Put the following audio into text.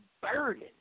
burden